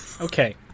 Okay